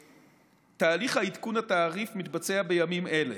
תהליך עדכון התעריף מתבצע בימים אלה,